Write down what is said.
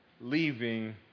leaving